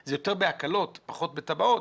זה יותר בהקלות פחות בתב"עות,